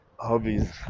hobbies